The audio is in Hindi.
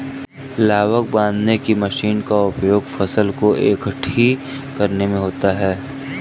लावक बांधने की मशीन का उपयोग फसल को एकठी करने में होता है